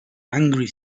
angry